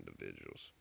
individuals